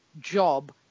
job